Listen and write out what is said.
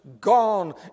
Gone